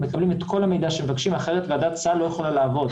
מקבלים את כל המידע שמבקשים - אחרת ועדת הסל לא יכולה לעבוד.